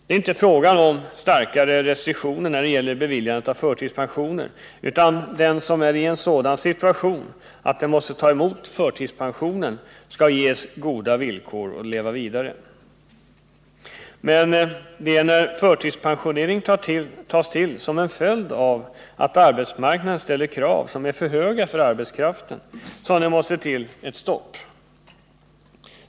Det är inte fråga om införande av starkare restriktioner när det gäller beviljandet av förtidspensioner, utan den som är i en sådan situation att han eller hon måste ta emot förtidspension skall ges goda villkor för att kunna leva vidare. Men när förtidspensioneringen tas till som en följd av att arbetsmarknaden ställer krav som är för höga för arbetskraften, då måste det till ett stopp.